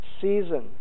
season